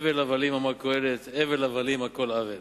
הבל הבלים אמר קהלת הבל הבלים הכל הבל,